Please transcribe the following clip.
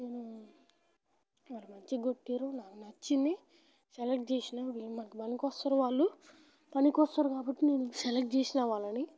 వారు మంచిగా కొట్టిర్రు నాకు నచ్చింది సెలెక్ట్ చేసినా మనకు పనికొస్తారు వాళ్ళు పనికొస్తారు కాబట్టి నేను సెలెక్ట్ చేసినా వాళ్ళని